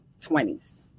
20s